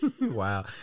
wow